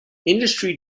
industry